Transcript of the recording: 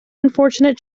unfortunate